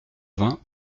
vingts